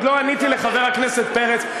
עוד לא עניתי לחבר הכנסת פרץ,